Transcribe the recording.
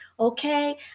Okay